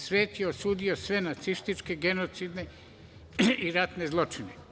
Svet je osudio sve nacističke genocide i ratne zločine.